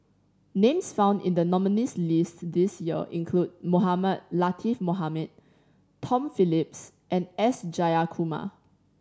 names found in the nominees' list this year include Mohamed Latiff Mohamed Tom Phillips and S Jayakumar